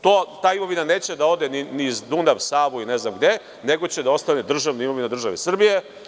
Ta imovina neće da ode niz Dunav, Savu ili ne znam gde, nego će da ostane državna imovina države Srbije.